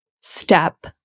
step